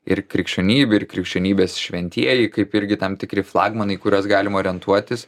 ir krikščionybė ir krikščionybės šventieji kaip irgi tam tikri flagmanai į kuriuos galima orientuotis